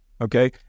okay